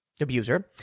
abuser